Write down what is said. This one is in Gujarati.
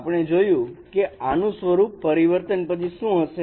આપણે જોયુ કે આનું સ્વરૂપ પરિવર્તન પછી શું હશે